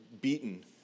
beaten